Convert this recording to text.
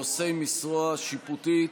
לנושאי משרה שיפוטית: